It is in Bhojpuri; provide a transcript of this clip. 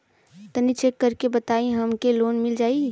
तनि चेक कर के बताई हम के लोन मिल जाई?